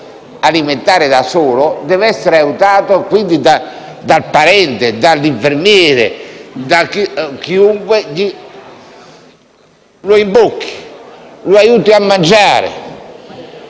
alimentare da solo, deve essere aiutato dal parente, dall'infermiere o da chiunque altro lo imbocchi e lo aiuti a mangiare?